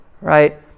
right